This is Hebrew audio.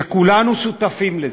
וכולנו שותפים לזה,